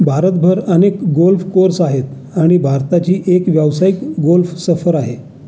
भारतभर अनेक golf course आहेत आणि भारताची एक व्यावसायिक गोल्फ सफर आहे